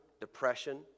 Depression